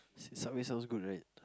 subway sounds good right